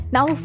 Now